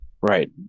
Right